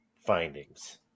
findings